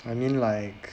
I mean like